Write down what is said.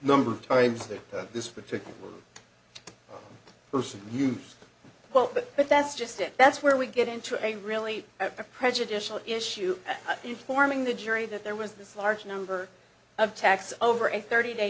number of times that this particular person but but but that's just it that's where we get into a really a prejudicial issue informing the jury that there was this large number of attacks over a thirty day